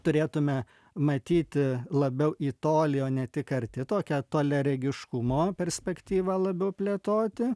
turėtume matyti labiau į tolį o ne tik arti tokią toliaregiškumo perspektyvą labiau plėtoti